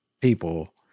people